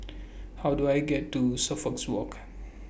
How Do I get to Suffolks Walk